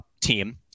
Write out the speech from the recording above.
team